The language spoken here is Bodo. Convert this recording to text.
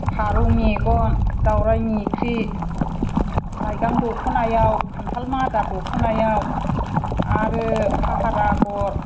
फारौ मेगन दावराय मोख्रेब लाइगां दखनायाव खान्थाल मादा दखनायाव आरो फाहार आगर